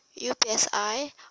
UPSI